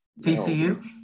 TCU